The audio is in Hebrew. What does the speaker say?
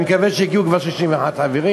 אני מקווה שהגיעו כבר 61 חברים.